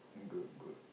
good good